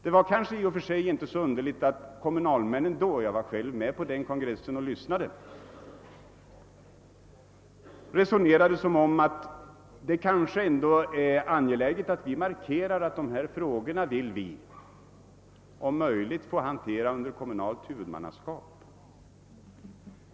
Det var kanske i och för sig inte så underligt att kommunalmännen då — jag var själv med som gäst på den kongressen — resonerade så att »det kanske ändå är angeläget att vi markerar att vi om möjligt vill få handlägga dessa frågor under kommunalt huvudmannaskap».